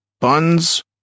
buns